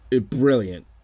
brilliant